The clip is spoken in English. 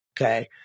Okay